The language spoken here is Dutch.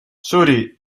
sorry